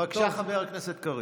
בבקשה, חבר הכנסת קריב.